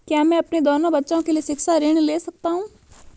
क्या मैं अपने दोनों बच्चों के लिए शिक्षा ऋण ले सकता हूँ?